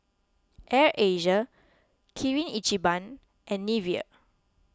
Air Asia Kirin Ichiban and Nivea